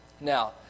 Now